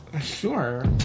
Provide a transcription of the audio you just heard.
sure